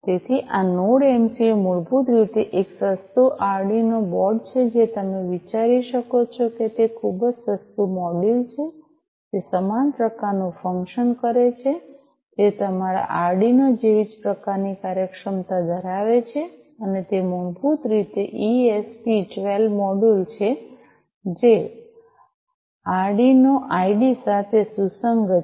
તેથી આ node MCU મૂળભૂત રીતે એક સસ્તુંઆર્ડિનોબોર્ડ છે જે તમે વિચારી શકો છો કે તે ખૂબ જ સસ્તું મોડ્યુલ છે જે સમાન પ્રકારનું ફંક્શન કરે છે જે તમારાઆર્ડિનો જેવી જ પ્રકારની કાર્યક્ષમતા ધરાવે છે અને તે મૂળભૂત રીતે ઇએસપી 12 મોડ્યુલ છે જેઆર્ડિનોઆઈડીઇ સાથે સુસંગત છે